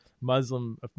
Muslim